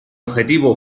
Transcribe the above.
objetivo